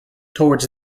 towards